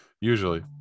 Usually